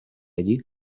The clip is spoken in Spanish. allí